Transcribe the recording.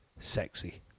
sexy